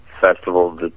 festival